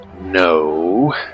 no